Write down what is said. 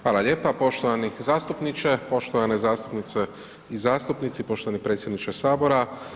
Hvala lijepa poštovani zastupniče, poštovane zastupnice i zastupnici, poštovani predsjedniče Sabora.